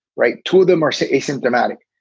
right. two of them are so asymptomatic.